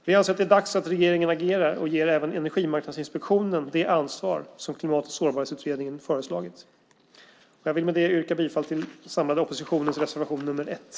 Vi anser att det är dags för regeringen att agera och att ge även Energimarknadsinspektionen det ansvar som Klimat och sårbarhetsutredningen föreslagit. Med detta yrkar jag bifall till den samlade oppositionens reservation 1.